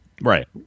Right